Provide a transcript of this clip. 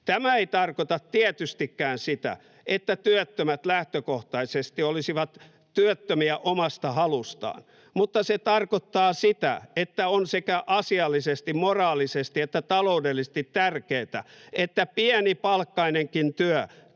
Tämä ei tarkoita tietystikään sitä, että työttömät lähtökohtaisesti olisivat työttömiä omasta halustaan, mutta se tarkoittaa sitä, että on sekä asiallisesti, moraalisesti että taloudellisesti tärkeätä, että pienipalkkainenkin työ